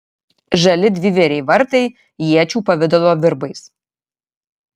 žali dvivėriai vartai iečių pavidalo virbais